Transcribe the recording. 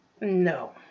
No